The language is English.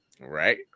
right